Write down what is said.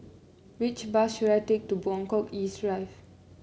which bus should I take to Buangkok East Drive